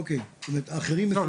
אוקיי, האחרים מפוקחים על דרך אחרת?